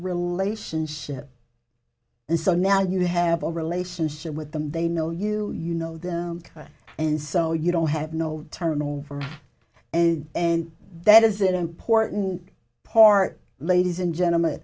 relationship and so now you have a relationship with them they know you you know them and so you don't have no turnover and and that is an important part ladies and gentlem